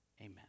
Amen